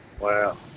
Wow